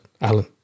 Alan